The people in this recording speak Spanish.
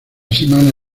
semana